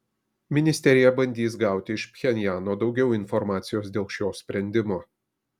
ministerija bandys gauti iš pchenjano daugiau informacijos dėl šio sprendimo